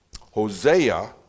Hosea